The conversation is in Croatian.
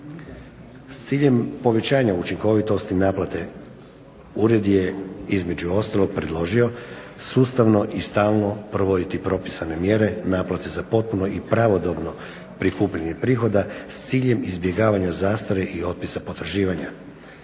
S ciljem povećanja učinkovitosti naplate ured je između ostalog predložio sustavno i stalno provoditi propisane mjere naplate za potpuno i pravodobno prikupljanje prihoda s ciljem izbjegavanja zastare i otpisa potraživanja,